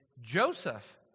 Joseph